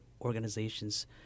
organizations